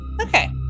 okay